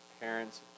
parents